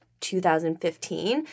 2015